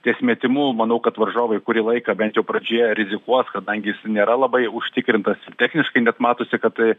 ties metimu manau kad varžovai kurį laiką bent jau pradžioje rizikuos kadangi jis nėra labai užtikrintas ir techniškai net matosi kad